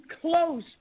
close